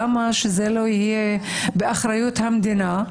למה שזה לא יהיה באחריות המדינה,